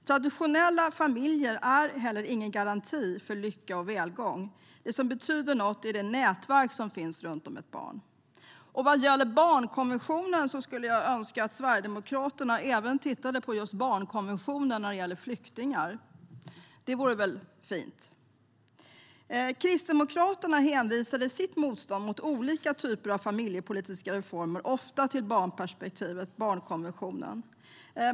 Traditionella familjer är ingen garanti för lycka och välgång, utan det som betyder något är det nätverk som finns runt ett barn. Vad gäller barnkonventionen skulle jag önska att Sverigedemokraterna tittade på just barnkonventionen även när det gäller flyktingar. Det vore väl fint. Kristdemokraterna hänvisar i sitt motstånd mot olika typer av familjepolitiska reformer ofta till barnperspektivet och barnkonventionen.